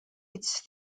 its